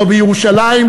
לא בירושלים,